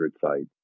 sites